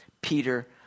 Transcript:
Peter